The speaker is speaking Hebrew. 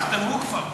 תחתמו כבר.